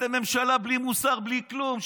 אתם ממשלה בלי מוסר, בלי כלום.